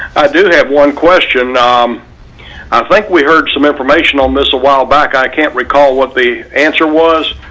i do have one question. um i was like we heard some information on this a while back. i can't recall what the answer was.